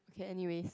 okay anywhere